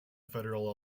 federal